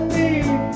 need